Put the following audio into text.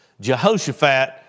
Jehoshaphat